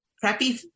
Crappy